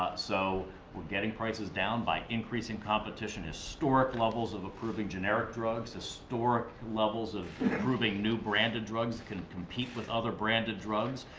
so we're getting prices down by increasing competition. historic levels of approving generic drugs. historic levels of approving new branded drugs that can compete with other branded drugs.